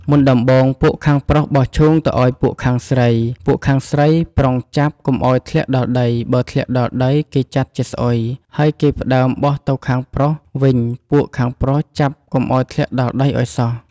មុនដំបូង ពួកខាងប្រុសបោះឈូងទៅអោយពួកខាងស្រី ពួកខាងស្រីប្រុងចាប់កុំអោយធ្លាក់ដល់ដី បើធ្លាក់ដល់ដី គេចាត់ជាស្អុយ ហើយគេផ្តើមបោះទៅខាងប្រុសវិញពួកខាងប្រុសចាប់កុំអោយធ្លាក់ដល់ដីឲ្យសោះ។